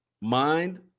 Mind